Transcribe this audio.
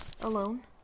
alone